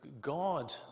God